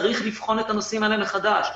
צריך לבחון את הנושאים האלה מחדש.